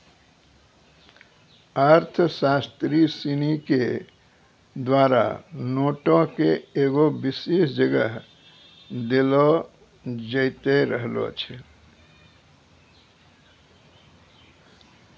अर्थशास्त्री सिनी के द्वारा नोटो के एगो विशेष जगह देलो जैते रहलो छै